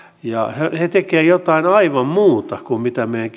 ja he tekevät jotain aivan muuta kuin mitä meidän